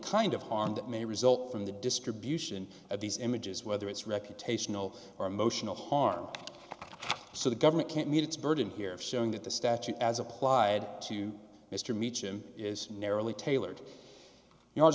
kind of harm that may result from the distribution of these images whether it's reputational or emotional harm so the government can't meet its burden here showing that the statute as applied to mr meacham is narrowly tailored you